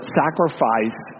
sacrifice